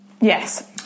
Yes